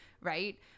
right